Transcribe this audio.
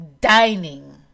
dining